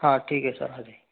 हाँ ठीक है सर हाँ जी